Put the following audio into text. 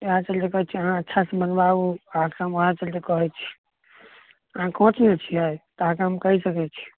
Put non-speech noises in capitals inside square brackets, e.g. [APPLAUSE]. इहए कऽ लेल कहैत छी अहाँ अच्छा से मनबाबू अहाँकऽ [UNINTELLIGIBLE] ओहएके लेल कहैत छी अहाँ कोच ने छियै तऽ अहाँकऽ हम कहि सकैत छी